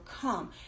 come